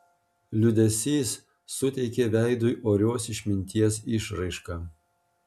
liūdesys suteikė veidui orios išminties išraišką